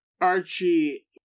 Archie